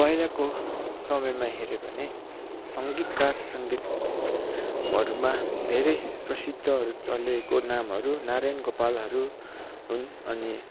पहिलाको समयमा हेऱ्यो भने सङ्गीतकार सङ्गीतहरूमा धेरै प्रसिद्धहरू चलेको नामहरू नारायण गोपालहरू हुन अनि